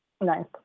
Nice